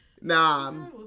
nah